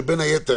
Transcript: שבין היתר,